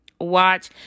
Watch